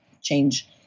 change